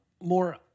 more –